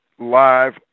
live